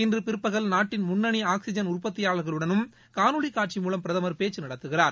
இன்று பிற்பகல் நாட்டின் முன்னணி ஆக்ஸிஜன் உற்பத்தியாளர்களுடனும் காணொலி காட்சி மூலம் பிரதமர் பேச்சு நடத்துகிறார்